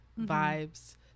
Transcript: vibes